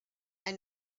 and